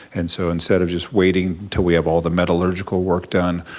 and so instead of just waiting until we have all the metallurgical work done,